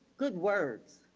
good words.